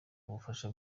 ubufasha